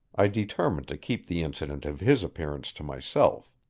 i determined to keep the incident of his appearance to myself.